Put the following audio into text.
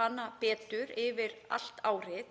hana betur yfir allt árið.